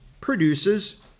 produces